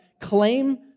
claim